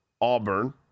Auburn